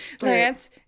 Lance